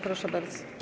Proszę bardzo.